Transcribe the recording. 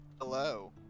Hello